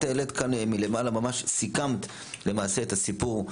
את העלית כאן, מלמעלה ממש סיכמת למעשה את הסיפור,